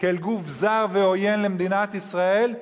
כעל גוף זר ועוין למדינת ישראל.